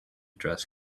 dress